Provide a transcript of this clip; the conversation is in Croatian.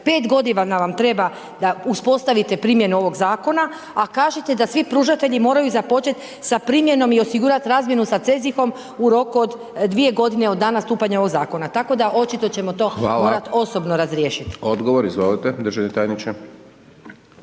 5 g. vam treba da uspostavite primjenu ovog zakona, a kažete da svi pružatelji moraju započeti sa primjenom i osigurati razmjenu sa CEZIH u roku od 2 g. od dana stupanja ovog zakona, tako da očito ćemo morati to osobno razriješiti. **Hajdaš Dončić, Siniša